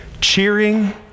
cheering